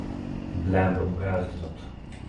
blemba nugąsdinot